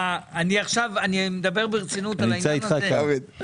אני נמצא איתך כאן.